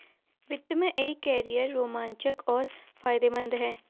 वित्त में एक कैरियर रोमांचक और फायदेमंद है